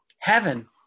Heaven